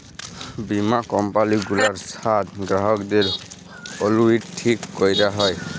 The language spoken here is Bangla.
বীমা কম্পালি গুলার সাথ গ্রাহকদের অলুইটি ঠিক ক্যরাক হ্যয়